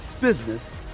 business